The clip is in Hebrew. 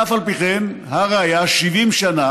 ואף על פי כן הראיה: 70 שנה